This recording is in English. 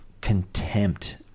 contempt